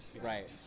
right